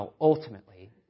ultimately